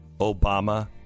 Obama